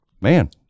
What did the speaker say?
man